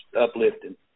uplifting